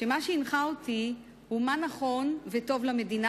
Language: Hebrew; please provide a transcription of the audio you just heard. כשמה שהנחה אותי הוא מה נכון וטוב למדינה